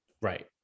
right